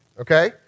okay